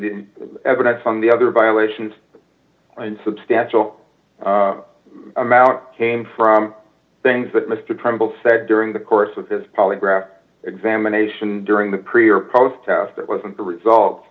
the evidence on the other violations and substantial amount came from things that mr trumbull said during the course of his polygraph examination during the pre or post test it wasn't the result